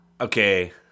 Okay